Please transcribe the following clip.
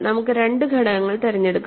നമുക്ക് രണ്ട് ഘടകങ്ങൾ തിരഞ്ഞെടുക്കാം